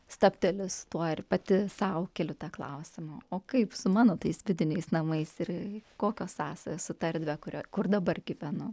stabteli su tuo ir pati sau keliu tą klausimą o kaip su mano tais vidiniais namais ir kokios sąsajos su ta erdve kurioj kur dabar gyvenu